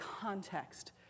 context